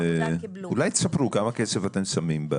אולי תספרו כמה כסף אתם שמים?